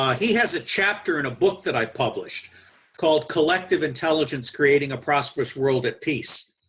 he has a chapter in a book that i published called, collective intelligence, creating a prosperous world at peace.